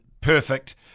perfect